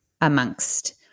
amongst